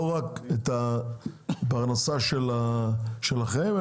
לא רק בנושא שלכם,